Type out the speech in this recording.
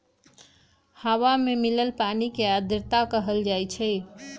हवा में मिलल पानी के आर्द्रता कहल जाई छई